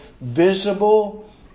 visible